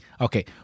okay